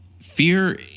Fear